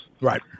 Right